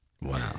Wow